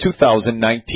2019